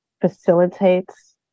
facilitates